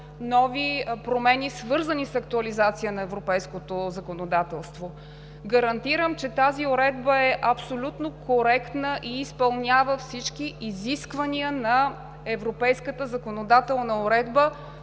нови промени, свързани с актуализация на европейското законодателство. Гарантирам, че тази уредба е абсолютно коректна и изпълнява всички изисквания на европейската законодателна уредба.